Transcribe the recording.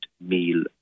meal